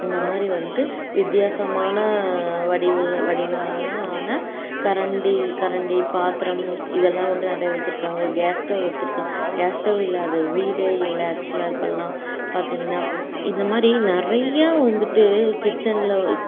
இந்த மாதிரி வந்துட்டு வித்தியாசமான வடிவில் வடிவுலலாம் ஆன கரண்டி கரண்டி பாத்திரம் இதெல்லாம் வந்துட்டு நிறைய வச்சிருக்காங்கள் கேஸ் ஸ்டவ் வச்சிருக்காங்கள் கேஸ் ஸ்டவ் இல்லாத வீடே இல்லை ஆக்ச்சுலாக இப்போல்லாம் பார்த்தீங்கன்னா இந்த மாதிரி நிறைய வந்துட்டு கிச்சன்ல